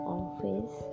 office